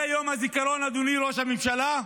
הזיכרון, אדוני ראש הממשלה,